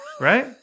Right